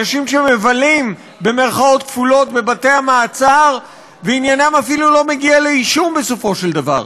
אנשים ש"מבלים" בבתי-המעצר ועניינם אפילו לא מגיע לאישום בסופו של דבר.